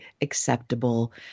acceptable